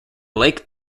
lake